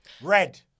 Red